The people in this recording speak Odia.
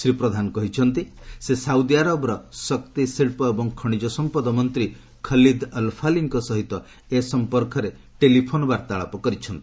ଶ୍ରୀ ପ୍ରଧାନ କହିଛନ୍ତି ସେ ସାଉଦିଆରବର ଶକ୍ତି ଶିଳ୍ପ ଏବଂ ଖଣିଜ ସଂପଦ ମନ୍ତ୍ରୀ ଖଲିଦ୍ ଅଲ୍ଫାଲିଙ୍କ ସହିତ ଏ ସଂପର୍କରେ ଟେଲିଫୋନ୍ରେ କଥାବାର୍ତ୍ତା କରିଛନ୍ତି